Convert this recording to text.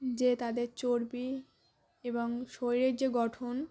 যে তাদের চর্বি এবং শরীরের যে গঠন